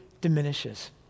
diminishes